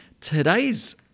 today's